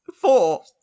Four